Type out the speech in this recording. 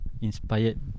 inspired